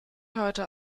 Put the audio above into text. heute